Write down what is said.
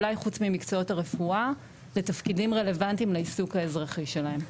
אולי חוץ ממקצועות הרפואה לתפקידים רלוונטיים לעיסוק האזרחי שלהם.